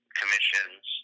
commissions